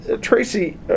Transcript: Tracy